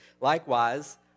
likewise